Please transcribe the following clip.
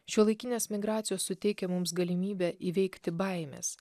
šiuolaikinės migracijos suteikia mums galimybę įveikti baimes